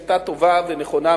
היתה טובה ונכונה,